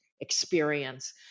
experience